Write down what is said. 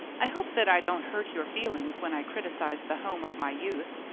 i hope that i don't hurt your feelings when i criticize the home of my youth?